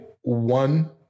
one